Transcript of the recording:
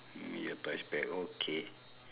your toys back okay